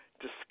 discuss